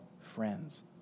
friends